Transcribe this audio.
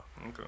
Okay